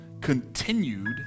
continued